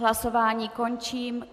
Hlasování končím.